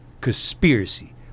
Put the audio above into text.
Conspiracy